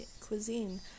cuisine